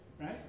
Right